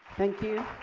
thank you.